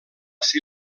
ser